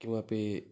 किमपि